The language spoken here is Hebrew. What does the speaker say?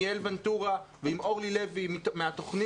עם יעל ונטורה ועם אורלי לוי מהתוכנית,